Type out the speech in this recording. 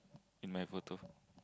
in my photo